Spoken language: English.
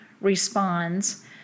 responds